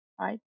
right